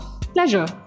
pleasure